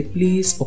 Please